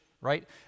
right